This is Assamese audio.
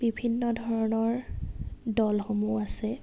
বিভিন্ন ধৰণৰ দলসমূহ আছে